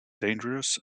dangerous